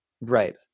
Right